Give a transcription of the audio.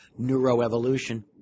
neuroevolution